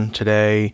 today